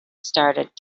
started